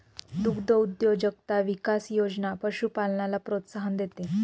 दुग्धउद्योजकता विकास योजना पशुपालनाला प्रोत्साहन देते